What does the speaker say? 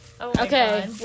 Okay